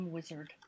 Wizard